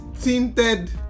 tinted